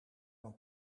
een